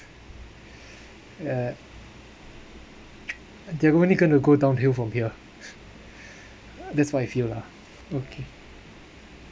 uh there are only going to go downhill from here that's what I feel lah okay